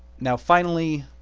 now finally,